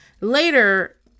later